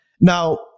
Now